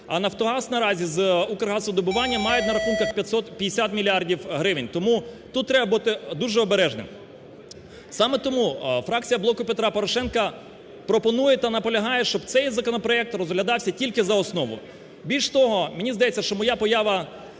а "Нафтогаз" наразі з "Укргазвидобування" мають на рахунках 50 мільярдів гривень. Тому тут треба бути дуже обережним. Саме тому, фракція "Блоку Петра Порошенка" пропонує та наполягає, щоб цей законопроект розглядався тільки за основу. Більш того, мені здається, що моя поява